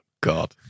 god